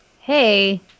hey